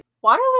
Waterloo